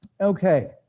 Okay